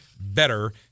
better